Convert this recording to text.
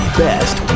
best